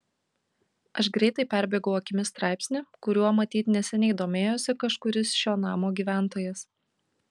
aš greitai perbėgau akimis straipsnį kuriuo matyt neseniai domėjosi kažkuris šio namo gyventojas